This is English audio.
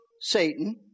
Satan